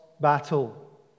battle